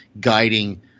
guiding